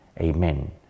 Amen